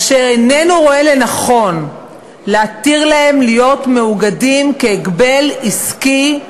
אשר איננו רואה לנכון להתיר להם להיות מאוגדים כהגבל עסקי,